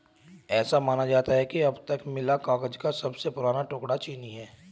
ऐसा माना जाता है कि अब तक मिला कागज का सबसे पुराना टुकड़ा चीनी है